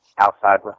outside